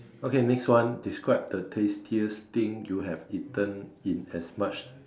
okay next one describe the tastiest thing you have eaten in as much